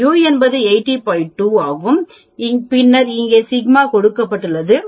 2 ஆகும் பின்னர் இங்கே σ கொடுக்கப்பட்டுள்ளது